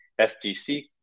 sdc